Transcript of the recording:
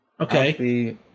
Okay